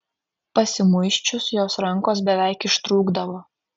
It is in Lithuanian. pasimuisčius jos rankos beveik ištrūkdavo